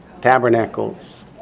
tabernacles